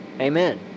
Amen